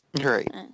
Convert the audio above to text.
Right